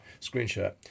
Screenshot